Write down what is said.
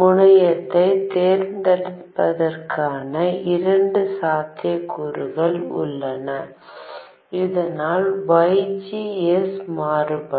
முனையத்தைத் தேர்ந்தெடுப்பதற்கான இரண்டு சாத்தியக்கூறுகள் உள்ளன இதனால்VGS மாறுபடும்